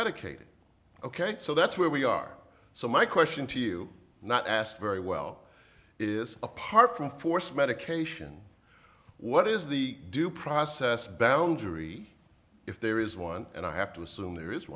medicated ok so that's where we are so my question to you not asked very well is apart from force medication what is the due process boundary if there is one and i have to assume there is